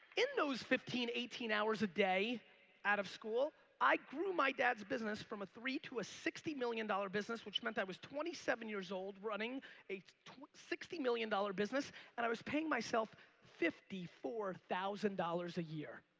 in those fifteen, eighteen hours a day out of school i grew my dad's business from a three to a sixty million dollars business which meant i was twenty seven years old running a sixty million dollars business and i was paying myself fifty four thousand dollars a year.